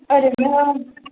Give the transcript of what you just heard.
ओरैनो